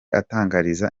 atangariza